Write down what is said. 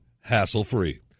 hassle-free